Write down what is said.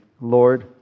Lord